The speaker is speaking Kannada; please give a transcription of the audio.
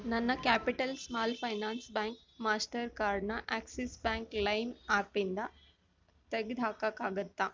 ನನ್ನ capital small finance bank master ಕಾರ್ಡ್ನ ಆಕ್ಸಿಸ್ ಬ್ಯಾಂಕ್ ಲೈಮ್ ಆಪಿಂದ ತೆಗ್ದು ಹಾಕೋಕ್ಕಾಗುತ್ತ